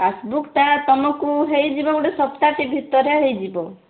ପାସ୍ବୁକ୍ଟା ତୁମକୁ ହେଇଯିବ ଗୋଟେ ସପ୍ତାହଟେ ଭିତରେ ହେଇଯିବ